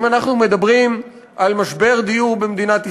אם אנחנו מדברים על משבר דיור במדינת ישראל,